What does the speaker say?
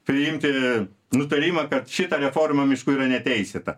priimti nutarimą kad šita reforma miškų yra neteisėta